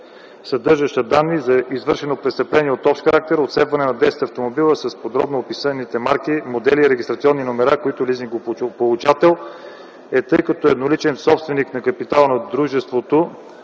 съдържаща данни за извършено престъпление от общ характер – обсебване на 10 леки автомобила, с подробно описаните марки, модели, регистрационни номера, чиито лизингополучател е той, като едноличен собственик и на капитала на дружеството